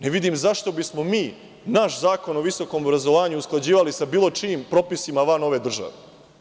Ne vidim zašto bismo mi naš Zakon o visokom obrazovanju usklađivali sa bilo čijim propisima van ove države?